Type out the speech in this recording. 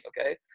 Okay